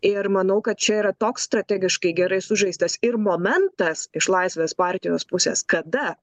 ir manau kad čia yra toks strategiškai gerai sužaistas ir momentas iš laisvės partijos pusės kada